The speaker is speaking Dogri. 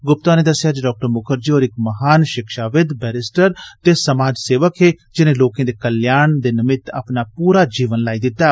गुप्ता होरें दस्सेया जे डॉ मुखर्जी होर इक महान शिक्षाविद बैरिस्टर ते समाज सेवक हे जिनें लोकें दे कल्याण दे निमित्त अपना पूरा जीवन लाई दित्ता